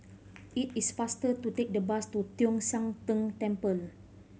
it is faster to take the bus to Tong Sian Tng Temple